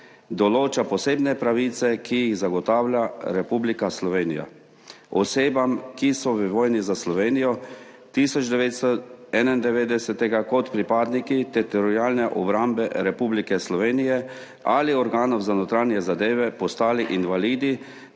določa posebne pravice, ki jih zagotavlja Republika Slovenija osebam, ki so v vojni za Slovenijo leta 1991 kot pripadniki Teritorialne obrambe Republike Slovenije ali organov za notranje zadeve postali invalidi